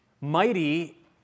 Mighty